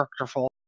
characterful